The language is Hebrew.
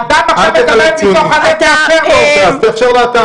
אדם עכשיו מדבר מתוך הלב, תאפשר לו את זה.